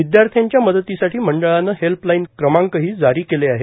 विद्यार्थ्यांच्या मदतीसाठी मंडळाने हेल्पलाइन क्रमांकही जारी केले आहेत